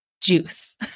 juice